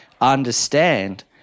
understand